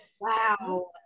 Wow